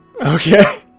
Okay